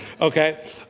Okay